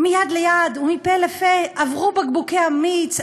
"מיד ליד ומפה לפה עברו בקבוקי המיץ,